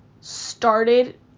started